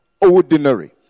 ordinary